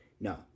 no